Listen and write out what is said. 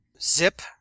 Zip